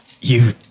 You-